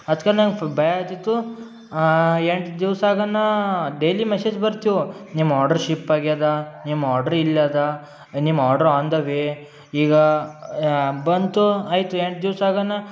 ಅದಕ್ಕೆ ನಂಗೆ ಭಯ ಆಗಿತ್ತು ಎಂಟು ದಿವಸ ಅದನ್ನು ಡೇಲಿ ಮೆಸೇಜ್ ಬರ್ತಿದ್ವು ನಿಮ್ಮ ಆರ್ಡ್ರು ಶಿಪ್ ಆಗಿದೆ ನಿಮ್ಮ ಆರ್ಡ್ರು ಇಲ್ಲಿದೆ ನಿಮ್ಮ ಆರ್ಡ್ರು ಆನ್ ದ ವೇ ಈಗ ಬಂತು ಆಯಿತು ಎಂಟು ದಿವಸ ಅದನ್ನು